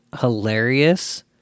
hilarious